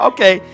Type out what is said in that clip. Okay